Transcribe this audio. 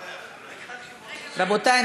רבותי,